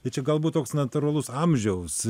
tai čia galbūt toks natūralus amžiaus